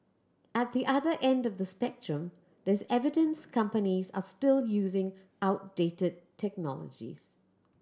at the other end of the spectrum there's evidence companies are still using outdated technologies